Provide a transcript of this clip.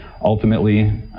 ultimately